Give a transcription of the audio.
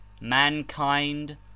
mankind